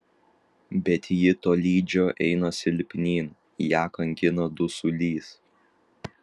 bet ji tolydžio eina silpnyn ją kankina dusulys